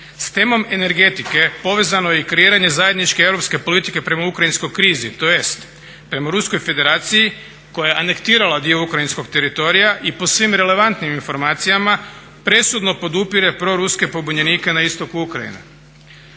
S temom energetike povezano je i kreiranje zajedničke europske politike prema ukrajinskoj krizi tj. prema Ruskoj federaciji koja je anektirala dio ukrajinskog teritorija i po svim relevantnim informacijama presudno podupire proruske pobunjenike na istoku Ukrajine.